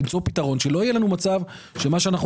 למצוא פתרון שלא יהיה לנו מצב שמה שאנחנו